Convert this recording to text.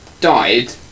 died